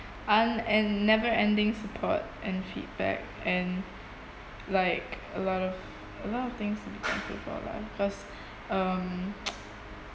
un~ and never ending support and feedback and like a lot of a lot of things to be thankful for lah because um